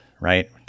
right